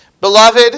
Beloved